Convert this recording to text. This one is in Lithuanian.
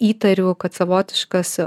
įtariu kad savotiškas